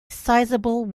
sizable